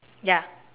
ya